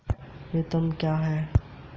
न्यूनतम बैलेंस आवश्यकताएं क्या हैं?